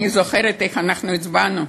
אני זוכרת איך אנחנו הצבענו.